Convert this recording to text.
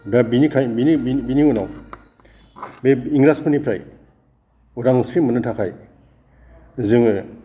दा बिनिखायनो बिनि उनाव बे इंराजफोरनिफ्राय उदांस्रि मोननो थाखाय जोङो